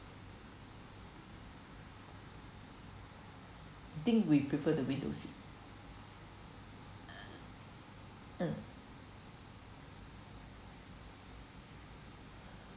think we prefer the window seat um